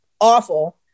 awful